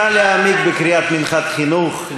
נא להעמיק בקריאת "מנחת חינוך",